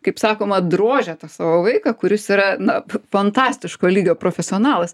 kaip sakoma drožia tą savo vaiką kuris yra na fantastiško lygio profesionalas